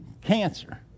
cancer